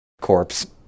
corpse